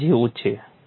તો તેના જેવું જ છે